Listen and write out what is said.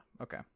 Okay